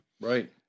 Right